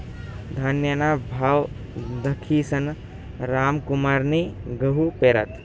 धान्यना भाव दखीसन रामकुमारनी गहू पेरात